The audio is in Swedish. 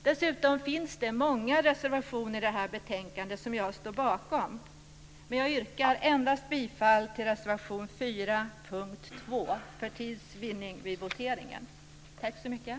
Dessutom finns det många reservationer i detta betänkande som jag står bakom, men jag yrkar bifall endast till reservation 4 under punkt 2 vid voteringen, för tids vinning.